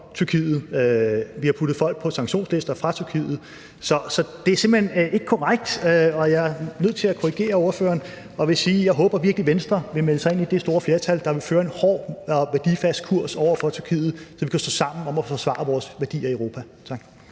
Tyrkiet, vi har puttet folk fra Tyrkiet på sanktionslister. Så det er simpelt hen ikke korrekt, og jeg er nødt til at korrigere ordføreren og vil sige, at jeg virkelig håber, at Venstre vil melde sig ind i det store flertal, der vil føre en hård og værdifast kurs over for Tyrkiet, så vi kan stå sammen om at forsvare vores værdier i Europa. Tak.